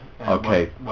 Okay